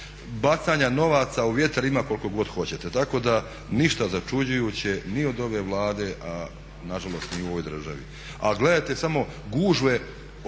bacanja novaca u vjetar ima koliko god hoćete. Tako da ništa začuđujuće ni od ove Vlade a nažalost ni u ovoj državi. A gledajte samo gužve, jeste